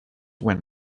when